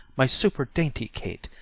my super-dainty kate,